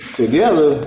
together